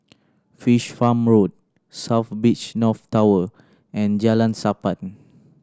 Fish Farm Road South Beach North Tower and Jalan Sappan